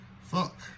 Fuck